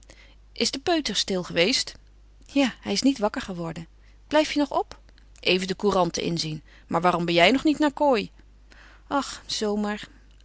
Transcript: is de peuter stil geweest ja hij is niet wakker geworden blijf je nog op even de couranten inzien maar waarom ben jij nog niet naar kooi ach zoo